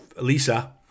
Lisa